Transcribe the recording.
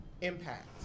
impact